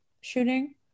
shooting